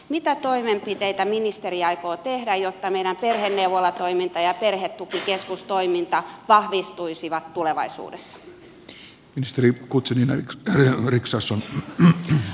mitä toimenpiteitä ministeri aikoo tehdä jotta meidän perheneuvolatoiminta ja perhetukikeskustoiminta vahvistuisivat tulevaisuudessa